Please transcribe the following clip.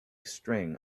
string